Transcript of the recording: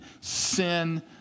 sin